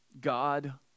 God